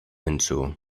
hinzu